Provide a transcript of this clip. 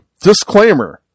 Disclaimer